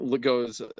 goes